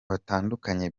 batandukanye